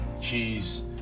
cheese